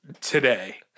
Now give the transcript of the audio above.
today